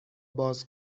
باز